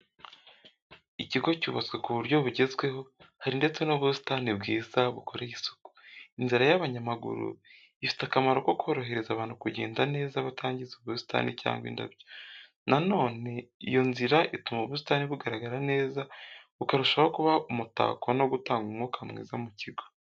Ikigo cyubatswe ku buryo bugezweho, hari ndetse n'ubusitani bwiza bukoreye isuku. Inzira y’abanyamaguru ifite akamaro ko korohereza abantu kugenda neza batangiza ubusitani cyangwa indabyo. Nanone iyo nzira ituma ubusitani bugaragara neza bukarushaho kuba umutako no gutanga umwuka mwiza mu kigo.